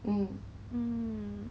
so actually very scary